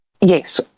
Yes